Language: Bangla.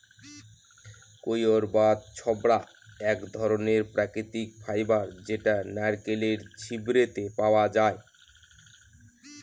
কইর বা ছবড়া এক ধরনের প্রাকৃতিক ফাইবার যেটা নারকেলের ছিবড়েতে পাওয়া যায়